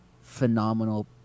phenomenal